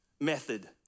method